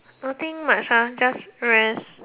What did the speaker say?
nothing much ah just rest